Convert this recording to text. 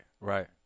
right